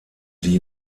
die